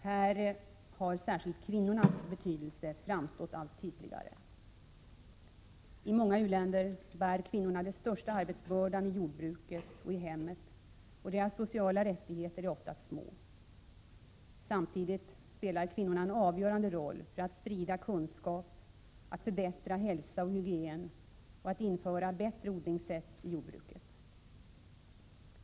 Här har särskilt kvinnornas betydelse framstått allt tydligare. I många u-länder bär kvinnorna den största arbetsbördan i både jordbruket och hemmet, och deras sociala rättigheter är oftast små. Samtidigt spelar kvinnorna en avgörande roll när det gäller att sprida kunskap, att förbättra hälsa och hygien och att införa bättre odlingssätt i jordbruket.